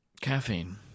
Caffeine